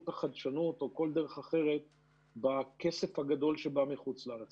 החדשנות או בכל דרך אחרת בכסף הגדול שבא מחוץ לארץ.